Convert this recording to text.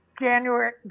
January